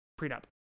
prenup